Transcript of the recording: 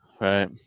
Right